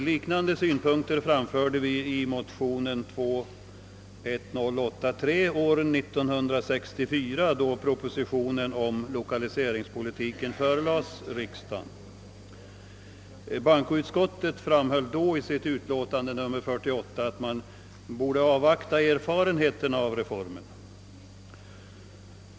Likartade synpunkter framförde vi i motionen II:1083 år 1964, då propositionen om lokaliseringspolitiken förelades riksdagen. Bankoutskottet framhöll då, i sitt utlåtande nr 48, att man borde avvakta erfarenheterna av reformen.